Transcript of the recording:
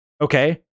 Okay